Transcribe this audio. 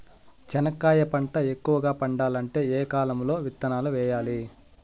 చెనక్కాయ పంట ఎక్కువగా పండాలంటే ఏ కాలము లో విత్తనాలు వేయాలి?